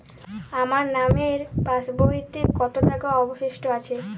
আমার নামের পাসবইতে কত টাকা অবশিষ্ট আছে?